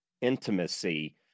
intimacy